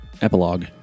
Epilogue